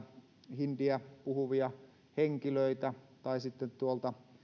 hindiä puhuvia henkilöitä tai sitten tuolta